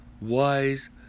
Wise